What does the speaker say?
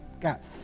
Got